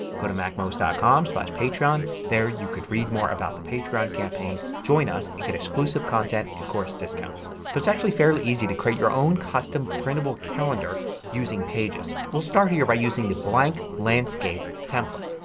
go to macmost ah com so patreon. there you can read more about the patreon campaign. join us and get exclusive content and course discounts. so it's actually fairly easy to create your own custom printable calendar using pages. we'll start here by using the blank landscape template.